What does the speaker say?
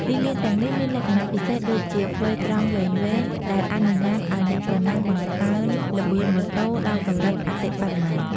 ទីលានទាំងនេះមានលក្ខណៈពិសេសដូចជា ផ្លូវត្រង់វែងៗ ដែលអនុញ្ញាតឱ្យអ្នកប្រណាំងបង្កើនល្បឿនម៉ូតូដល់កម្រិតអតិបរមា។